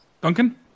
Duncan